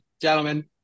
gentlemen